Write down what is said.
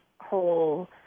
whole